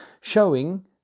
showing